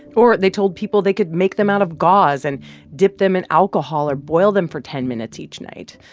or they told people they could make them out of gauze and dip them in alcohol or boil them for ten minutes each night.